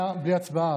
הודעה נוספת בלי הצבעה.